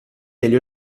degli